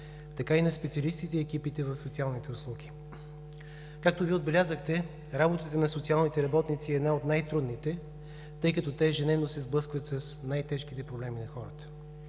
така и на специалистите и екипите в социалните услуги. Както Вие отбелязахте, работата на социалните работници е една от най-трудните, тъй като те ежедневно се сблъскват с най-тежките проблеми на хората.